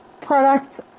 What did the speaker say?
products